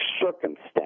circumstance